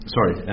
Sorry